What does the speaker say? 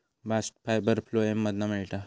bast fibre phloem मधना मिळता